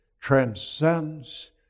transcends